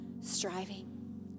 striving